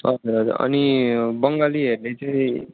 आ आफ्नो रहेछ अनि बङ्गालीहरूले चाहिँ